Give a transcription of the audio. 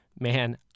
Man